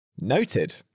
Noted